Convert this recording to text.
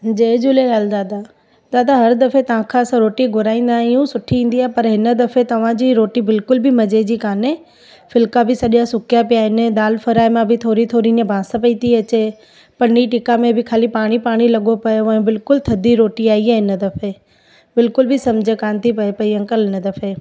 जय झूलेलाल दादा दादा हर दफ़े तव्हांखां असां रोटी घुराईंदा आहियूं सुठी ईंदी आहे पर हिन दफ़े तव्हांजी रोटी बिल्कुलु बि मज़े जी काने फुल्का बि सॼा सुकिया पिया आहिनि दाल फ्राए मां बि थोरी थोरी ईअं बांस पई थी अचे पनीर टिका में बि खाली पाणी पाणी लॻो पियो आहे ऐं बिल्कुलु थधी रोटी आई इह दफ़े बिल्कुलु बि सम्झि कान थी पए पई अंकल इन दफ़े